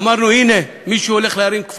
אמרנו: הנה מישהו הולך להרים את הכפפה,